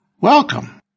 Welcome